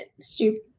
Stupid